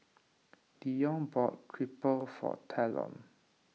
Dion bought Crepe for Talon